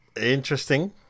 Interesting